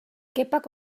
kepak